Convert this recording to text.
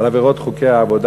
על עבירות חוקי עבודה,